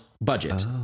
budget